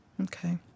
Okay